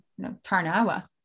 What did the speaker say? Tarnawa